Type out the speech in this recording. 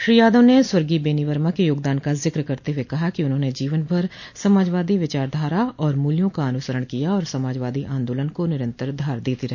श्री यादव ने स्वर्गीय बेनी वर्मा के योगदान का जिक करते हुए कहा कि उन्होंने जीवनभर समाजवादी विचारधारा और मूल्यों का अनुसरण किया और समाजवादी आन्दोलन को निरन्तर धार देते रहे